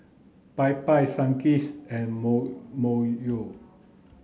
Popeyes Sunkist and Myojo